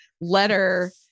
letter